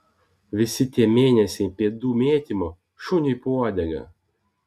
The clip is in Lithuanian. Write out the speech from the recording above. visi tie mėnesiai pėdų mėtymo šuniui po uodega